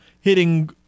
hitting –